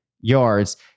yards